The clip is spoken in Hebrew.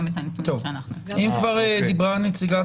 אם כבר דיברה נציגת